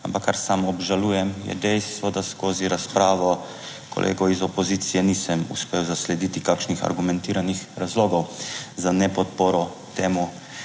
ampak kar sam obžalujem je dejstvo, da skozi razpravo kolegov iz opozicije nisem uspel zaslediti kakšnih argumentiranih razlogov za nepodporo temu